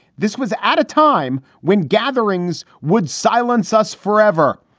this was at a time when gatherings would silence us forever.